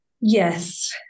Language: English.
Yes